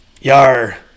Yar